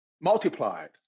multiplied